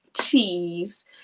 cheese